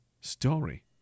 story